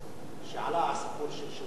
כשעלה הסיפור של שירות אזרחי,